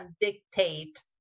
dictate